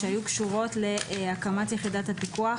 שהיו קשורות להקמת יחידת הפיקוח.